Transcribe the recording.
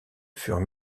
furent